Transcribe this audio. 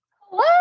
Hello